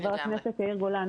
חבר הכנסת גולן,